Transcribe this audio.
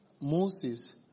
Moses